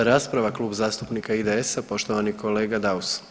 4. rasprava Klub zastupnika IDS-a, poštovani kolega Daus.